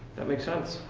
that makes sense.